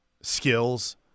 skills